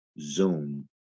Zoom